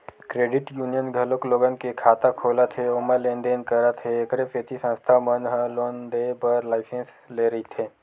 credit union घलोक लोगन के खाता खोलत हे ओमा लेन देन करत हे एखरे सेती संस्था मन ह लोन देय बर लाइसेंस लेय रहिथे